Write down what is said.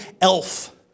Elf